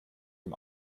dem